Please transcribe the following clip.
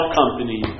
company